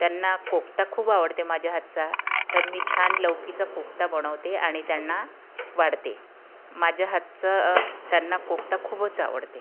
त्यांना कोफ्ता खूप आवडते माझ्या हातचा तर मी छान लौकीचा कोफ्ता बनवते आणि त्यांना वाढते माझ्या हातचा त्यांना कोफ्ता खूपच आवडते